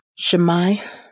Shemai